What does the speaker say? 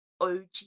og